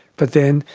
but then,